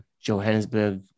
Johannesburg